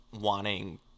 wanting